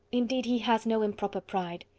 indeed he has no improper pride.